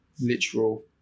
literal